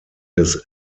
des